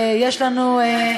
יש לנו,